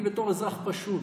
בתור אזרח פשוט,